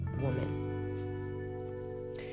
woman